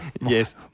Yes